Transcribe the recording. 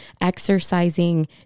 exercising